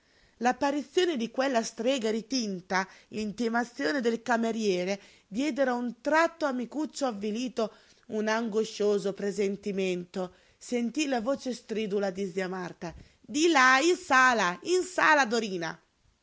l'apparizione di quella strega ritinta l'intimazione del cameriere diedero a un tratto a micuccio avvilito un angoscioso presentimento sentí la voce stridula di zia marta di là in sala in sala dorina